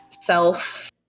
Self